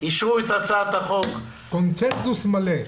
אישרו את הצעת החוק -- קונצנזוס מלא.